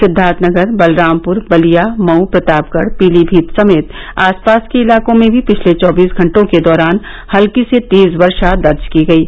सिद्वार्थनगर बलरामपुर बलिया मऊ प्रतापगढ़ पीलीभीत समेत आसपास के इलाकों में भी पिछले चौबीस घटों के दौरान हल्की से तेज वर्षा दर्ज की गयी